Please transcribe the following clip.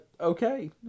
okay